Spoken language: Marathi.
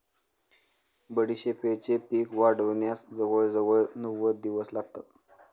बडीशेपेचे पीक वाढण्यास जवळजवळ नव्वद दिवस लागतात